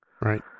Right